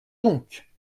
donc